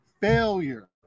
failure